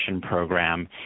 program